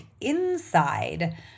inside